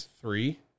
three